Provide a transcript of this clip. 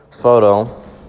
photo